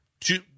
two